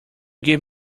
give